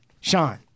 Sean